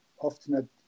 often